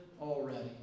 already